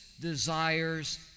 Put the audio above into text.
desires